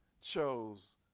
chose